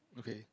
okay